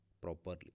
properly